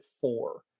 four